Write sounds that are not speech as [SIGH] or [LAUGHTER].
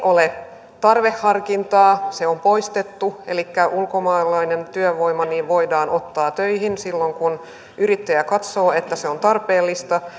ole tarveharkintaa se on poistettu elikkä ulkomaalainen työvoima voidaan ottaa töihin silloin kun yrittäjä katsoo että se on tarpeellista [UNINTELLIGIBLE]